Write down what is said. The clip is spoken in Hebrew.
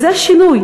זה שינוי.